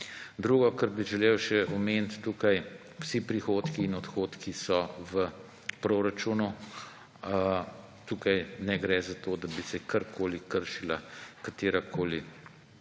Drugo, kar bi želel še tukaj omeniti, vsi prihodki in odhodki so v proračunu. Tukaj ne gre za to, da bi se kršila katerakoli ustavna